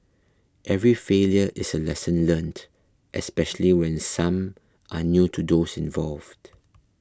every failure is a lesson learnt especially when some are new to those involved